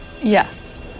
Yes